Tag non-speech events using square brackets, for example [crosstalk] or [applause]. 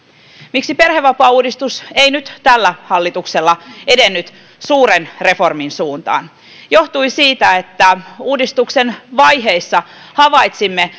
miksi perhevapaauudistus ei nyt tällä hallituksella edennyt suuren reformin suuntaan johtui siitä että uudistuksen vaiheissa havaitsimme [unintelligible]